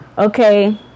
Okay